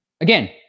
again